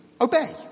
obey